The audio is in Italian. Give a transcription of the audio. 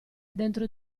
dentro